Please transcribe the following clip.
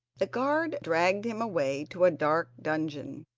the guards dragged him away to a dark dungeon,